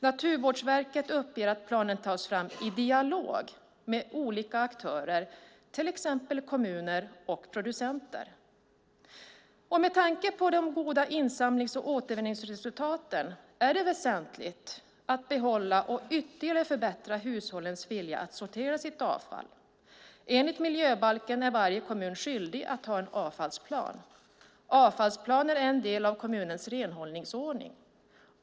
Naturvårdsverket uppger att planen tas fram i dialog med olika aktörer, till exempel kommuner och producenter. Med tanke på de goda insamlings och återvinningsresultaten är det väsentligt att behålla och ytterligare förbättra hushållens vilja att sortera sitt avfall. Enligt miljöbalken är varje kommun skyldig att ha en avfallsplan. Avfallsplanen är en del av kommunens renhållningsordning.